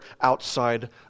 outside